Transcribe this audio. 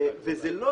וזה לא